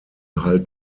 halt